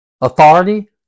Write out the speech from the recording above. authority